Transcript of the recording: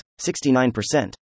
69%